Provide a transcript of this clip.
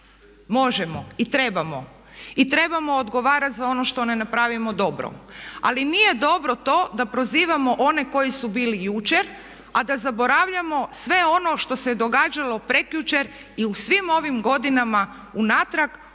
Možemo i trebamo, trebamo odgovarati za ono što ne napravimo dobro. Ali nije dobro to da prozivamo one koji su bili jučer, a da zaboravljamo sve ono što se događalo prekjučer i u svim ovim godinama unatrag